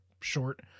short